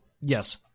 Yes